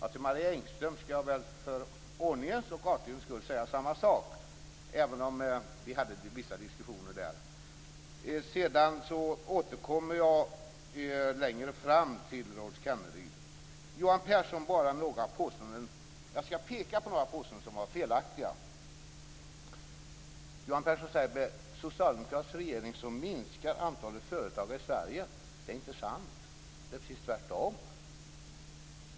Till Marie Engström skall jag för ordningens och artighetens skulle säga samma sak, även om vi hade vissa diskussioner. Jag återkommer längre fram till Rolf Jag skall för Johan Pehrson peka på några påståenden som var felaktiga. Johan Pehrson säger att antalet företagare i Sverige minskar under socialdemokratisk regering. Det är inte sant. Det är precis tvärtom.